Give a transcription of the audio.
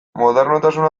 modernotasuna